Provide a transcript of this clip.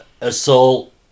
assault